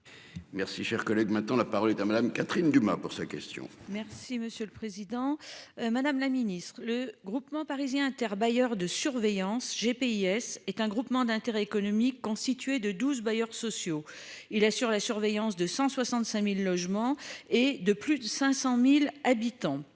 Merci cher collègue. Maintenant, la parole est à Madame, Catherine Dumas pour sa question. Merci, monsieur le Président Madame la Ministre le groupement parisien inter-bailleurs de surveillance GPS est un groupement d'intérêt économique, constitué de 12 bailleurs sociaux il assure la surveillance de 165.000 logements et de plus de 500.000 habitants.